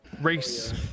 race